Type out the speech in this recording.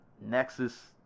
Nexus